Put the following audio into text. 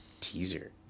Teaser